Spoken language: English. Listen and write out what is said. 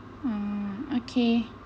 oh okay